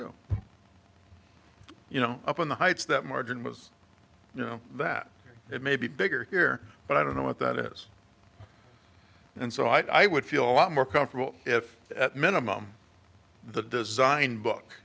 do you know up on the heights that margin was you know that it may be bigger here but i don't know what that is and so i would feel a lot more comfortable if at minimum the design book